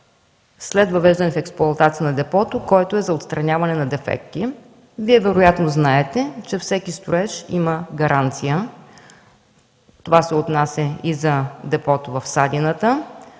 след въвеждане в експлоатация на депото, който е за отстраняване на дефекти. Вие вероятно знаете, че всеки строеж има гаранция. Това се отнася и за депото в „Садината”.